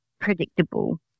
predictable